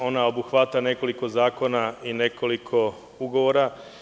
Ona obuhvata nekoliko zakona i nekoliko ugovora.